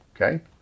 Okay